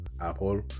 Apple